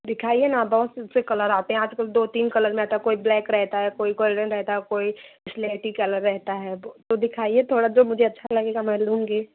दिखाइए ना बहुत कलर आते हैं आज कल दो तीन कलर में आता है कोई ब्लैक रहता है कोई गोल्डन रहता है कोई स्लेटी कलर रहता है बो तो दिखाई थोड़ा जो मुझे अच्छा लगेगा मैं लूँगी